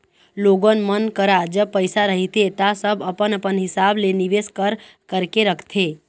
लोगन मन करा जब पइसा रहिथे ता सब अपन अपन हिसाब ले निवेस कर करके रखथे